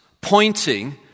pointing